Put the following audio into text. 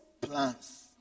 plans